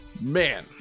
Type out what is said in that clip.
Man